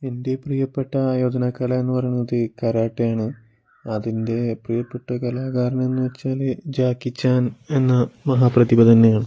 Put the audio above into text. എൻ്റെ പ്രിയപ്പെട്ട ആയോധനകലയെന്നു പറയുന്നത് കരാട്ടെയാണ് അതിൻ്റെ പ്രിയപ്പെട്ട കലാകാരനെന്നു വെച്ചാൽ ജാക്കിച്ചാൻ എന്ന മഹാപ്രതിഭ തന്നെയാണ്